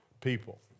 people